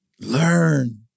learn